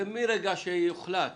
ומרגע שיוחלט